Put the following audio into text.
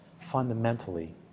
fundamentally